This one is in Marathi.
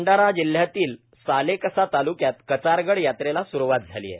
भंडारा जिल्ह्यातील सालेकसा तालुक्यात कचारगड यात्रेला सुरवात झाली आहे